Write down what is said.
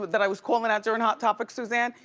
that i was calling out during hot topics, suzanne,